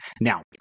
Now